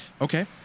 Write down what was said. Okay